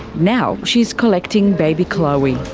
now she's collecting baby chloe.